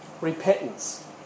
Repentance